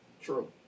true